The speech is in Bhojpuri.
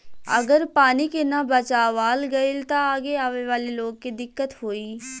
अगर पानी के ना बचावाल गइल त आगे आवे वाला लोग के दिक्कत होई